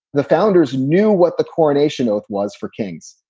the founders knew what the coronation oath was for kings.